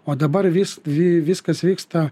o dabar vis vi viskas vyksta